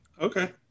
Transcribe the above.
Okay